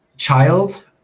child